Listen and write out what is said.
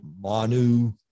Manu